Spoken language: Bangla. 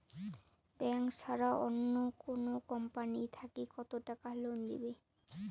ব্যাংক ছাড়া অন্য কোনো কোম্পানি থাকি কত টাকা লোন দিবে?